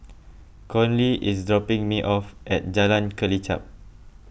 Conley is dropping me off at Jalan Kelichap